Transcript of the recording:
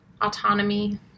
Autonomy